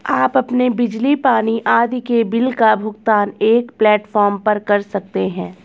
आप अपने बिजली, पानी आदि के बिल का भुगतान एक प्लेटफॉर्म पर कर सकते हैं